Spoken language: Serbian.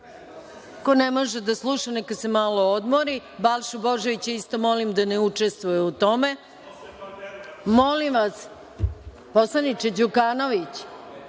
Ko ne može da sluša neka se malo odmori. Balšu Božovića isto molim da ne učestvuje u tome.(Vladimir Đukanović